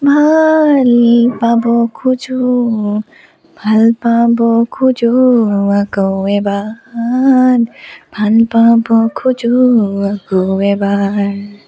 ভাল পাব খোজোঁ ভাল পাব খোজোঁ আকৌ এবাৰ ভাল পাব খোজোঁ আকৌ এবাৰ